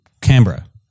Canberra